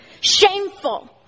Shameful